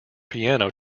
piano